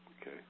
Okay